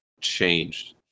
changed